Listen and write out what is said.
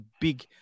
big